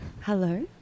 hello